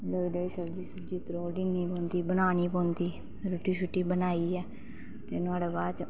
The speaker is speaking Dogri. लोई लोई सब्जी त्रोड़नी होंदी बनानी पौंदी रुट्टी शुट्टी बनाइये ते नुआढ़े बाद